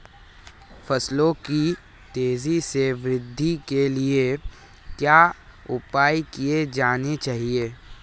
फसलों की तेज़ी से वृद्धि के लिए क्या उपाय किए जाने चाहिए?